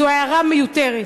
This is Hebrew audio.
זו הערה מיותרת.